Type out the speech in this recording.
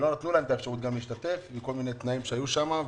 לא נתנו להם את האפשרות להשתתף עם כל מיני תנאים שהיו שם.